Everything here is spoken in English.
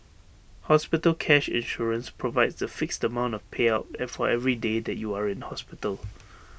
hospital cash insurance provides A fixed amount of payout for every day that you are in hospital